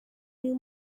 uyu